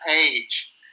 age